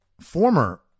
former